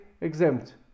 exempt